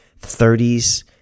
30s